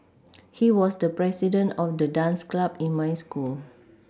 he was the president of the dance club in my school